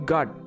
God